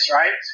right